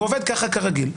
והוא עובד כך כרגיל.